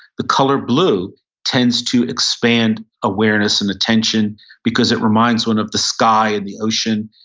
the color blue tends to expand awareness and attention because it reminds one of the sky and the ocean.